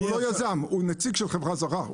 הוא לא יזם, אלא נציג של חברה זרה.